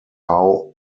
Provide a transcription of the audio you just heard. how